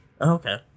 Okay